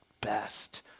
best